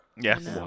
Yes